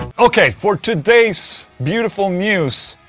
ok, for today's beautiful news.